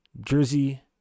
jersey